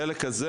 החלק הזה,